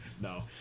no